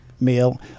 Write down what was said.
meal